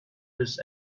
this